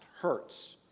hurts